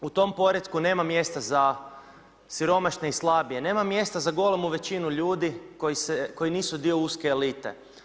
U tom poretku nema mjesta za siromašne i slabije, nema mjesta za golemu većinu ljudi koji nisu dio uske elite.